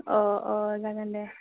अ अ जागोन दे